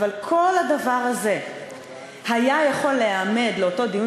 וכל הדבר הזה היה יכול לעמוד לאותו דיון